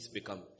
become